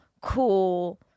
cool